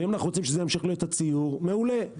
אם אנחנו רוצים שזה ימשיך הציור, אז מעולה.